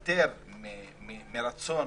לוותר מרצון